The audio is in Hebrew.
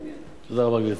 תודה רבה, גברתי.